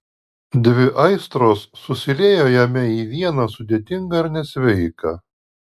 dvi aistros susiliejo jame į vieną sudėtingą ir nesveiką